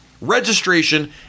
registration